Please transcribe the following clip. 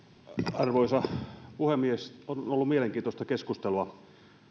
arvoisa puhemies on ollut mielenkiintoista keskustelua